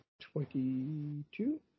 twenty-two